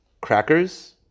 crackers